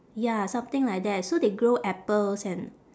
ya something like that so they grow apples and